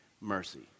mercy